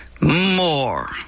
more